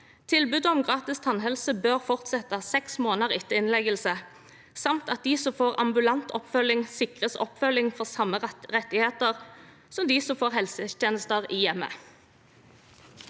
Tilbudet om gratis tannhelse bør fortsette i seks måneder etter innleggelse, samt at de som får ambulant oppfølging, sikres oppfølging og får samme rettigheter som dem som får helsetjenester i hjemmet.